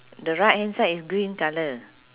the right hand side is green colour